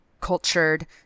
cultured